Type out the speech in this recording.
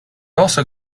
also